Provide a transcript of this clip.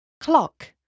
Clock